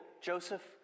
Joseph